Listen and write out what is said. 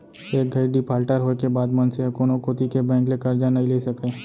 एक घइत डिफाल्टर होए के बाद मनसे ह कोनो कोती के बेंक ले करजा नइ ले सकय